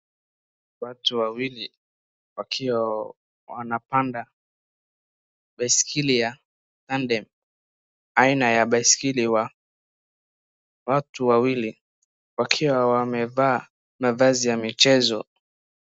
Watu wawili wakiwa wanapanda baiskeli ya mandem aina ya baiskeli ya watu wawili wakiwa wamevaa mavazi ya michezo .